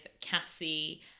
Cassie